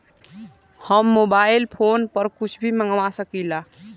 हम mobile phone पर कुछ भी मंगवा सकिला?